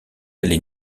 allez